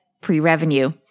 pre-revenue